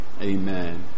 amen